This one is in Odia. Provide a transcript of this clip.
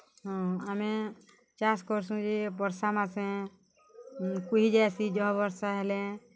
ହଁ ଆମେ ଚାଷ୍ କର୍ସୁଁ ଯେ ବର୍ଷା ମାସେ କୁହିଯାଏସି ଜହ ବର୍ଷା ହେଲେ